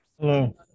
Hello